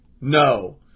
no